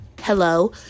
hello